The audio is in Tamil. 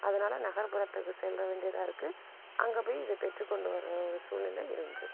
அதனால் நகர்புறத்துக்குச் செல்ல வேண்டியதாக இருக்குது அங்கே போய் இதை பெற்றுக்கொண்டு வர ஒரு சூழ்நிலை இருக்குது